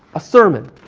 a sermon.